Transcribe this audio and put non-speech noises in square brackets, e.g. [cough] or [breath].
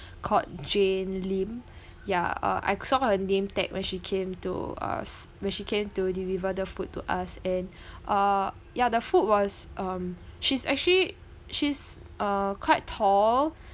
called jane Lim [breath] ya uh I saw her name tag when she came to us when she came to deliver the food to us and [breath] uh ya the food was um she's actually she's uh quite tall